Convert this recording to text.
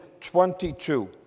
22